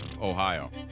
Ohio